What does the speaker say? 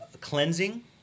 cleansing